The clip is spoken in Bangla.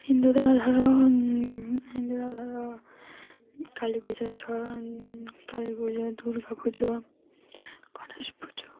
হিন্দু তারা ধরো হিন্দুরা ধরো কালী পুজো শরণ কালী পুজো দুর্গা পুজো গণেশ পুজো